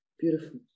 beautiful